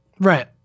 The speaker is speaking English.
Right